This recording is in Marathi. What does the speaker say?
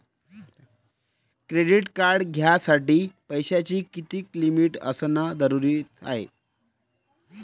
क्रेडिट कार्ड घ्यासाठी पैशाची कितीक लिमिट असनं जरुरीच हाय?